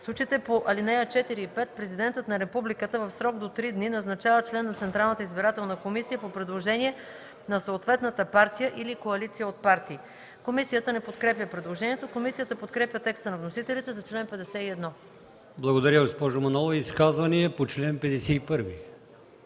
случаите по ал. 4 и 5 президентът на републиката в срок до три дни назначава член на Централната избирателна комисия по предложение на съответната партия или коалиция от партии.” Комисията не подкрепя предложението. Комисията подкрепя текста на вносителите за чл. 51. ПРЕДСЕДАТЕЛ АЛИОСМАН ИМАМОВ: Благодаря, госпожо Манолова. Изказвания по чл. 51?